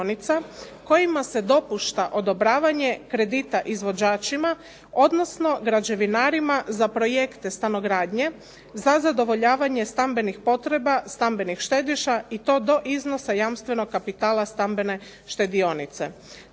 kojima se dopušta odobravanje kredita izvođačima, odnosno građevinarima za projekte stanogradnje za zadovoljavanje stambenih potreba stambenih štediša i to do iznosa jamstvenog kapitala stambene štedionice.